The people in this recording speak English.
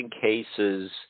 cases